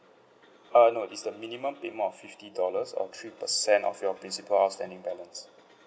uh no is the minimum payment of fifty dollars or three percent of your principal outstanding balance